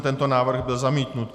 Tento návrh byl zamítnut.